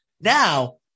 Now